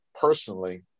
personally